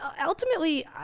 ultimately